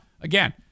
again